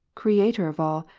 creator of all.